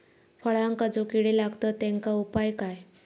फळांका जो किडे लागतत तेनका उपाय काय?